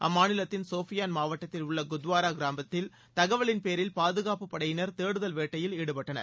அம்மாநிலத்தின் ஷோபியான் மாவட்டத்தில் உள்ள குத்வாரா கிராமத்தில் தகவலின்பேரில் பாதுகாப்பு படையினர் தேடுதல் வேட்டையில் ஈடுபட்டனர்